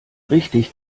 richtig